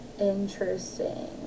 Interesting